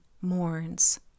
mourns